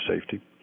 safety